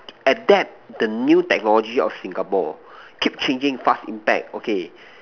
adapt the new technology of Singapore keep changing fast impact okay